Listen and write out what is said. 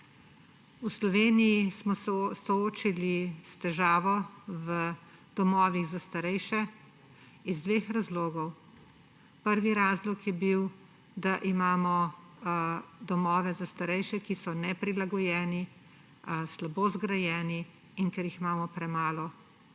V Sloveniji smo se soočili s težavo v domovih za starejše iz dveh razlogov. Prvi razlog je bil, da imamo domove za starejše, ki so neprilagojeni, slabo zgrajeni in ker jih imamo premalo